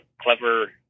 clever